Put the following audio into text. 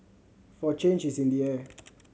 for change is in the air